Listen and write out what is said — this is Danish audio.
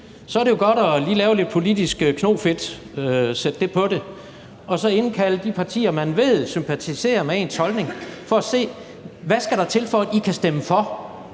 er det jo godt lige at bruge lidt politisk knofedt og så indkalde de partier, man ved sympatiserer med ens holdning, for at se, hvad der skal til, for at de kan stemme for.